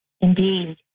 indeed